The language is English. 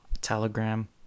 Telegram